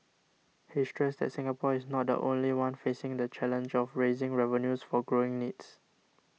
he stressed that Singapore is not the only one facing the challenge of raising revenues for growing needs